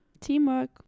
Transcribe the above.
Teamwork